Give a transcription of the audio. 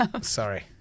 sorry